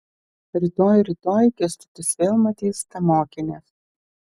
rytoj rytoj kęstutis vėl matys tą mokinę